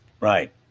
right